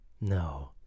no